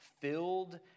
filled